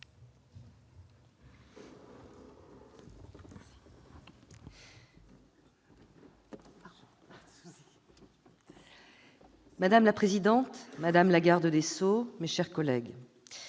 Madame la présidente, madame la garde des sceaux, mes chers collègues,